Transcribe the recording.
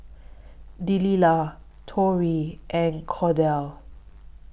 Delilah Tori and Cordell